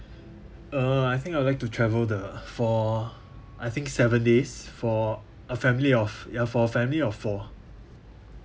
uh I think I would like to travel the for a I think seven days for a family of ya for family of four